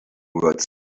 words